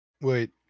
wait